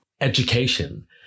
education